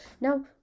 now